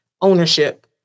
ownership